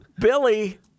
Billy